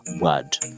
word